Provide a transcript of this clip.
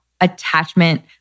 attachment